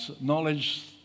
knowledge